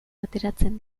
ateratzen